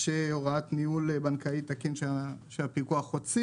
יש הוראת ניהול בנקאי תקין שהפיקוח הוציא